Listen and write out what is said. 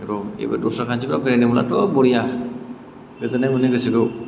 र' एबार दसरा कानत्रिफ्राव बेरायनो मोनब्लाथ' बरिया गोजोननाय मोनो गोसोखौ